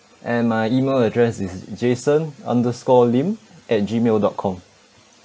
and my email address is jason underscore lim at gmail dot com